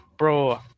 Bro